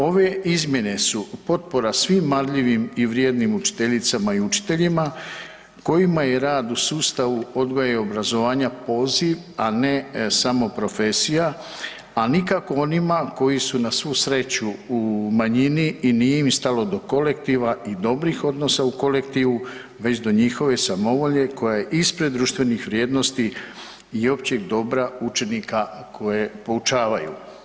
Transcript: Ove izmjene su potpora svim marljivim i vrijednim učiteljicama i učiteljima kojima je rad u sustavu odgoja i obrazovanja poziv, a ne samo profesija a nikako onima koji su na svu sreću u manjini i nije im stalo do kolektiva i dobrih odnosa u kolektivu već do njihove samovolje koja je ispred društvenih vrijednosti i općeg dobra učenika koje poučavaju.